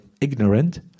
ignorant